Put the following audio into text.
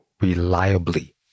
reliably